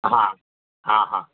હા હા હા